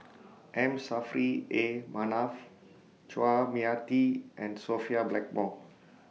M Saffri A Manaf Chua Mia Tee and Sophia Blackmore